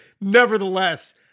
nevertheless